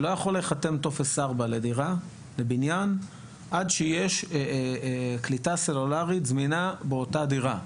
שלא יכול להיחתם טופס 4 לבניין עד שיש קליטה סלולרית זמינה באותה דירה.